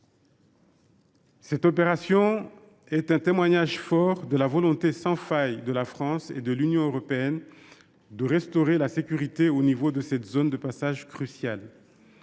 Cette opération est un témoignage fort de la volonté sans faille de la France et de l’Union européenne de restaurer la sécurité dans cette zone de passage cruciale.